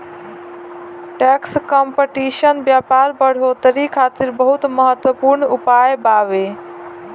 tax competition व्यापार बढ़ोतरी खातिर बहुत महत्वपूर्ण उपाय बावे